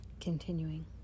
Continuing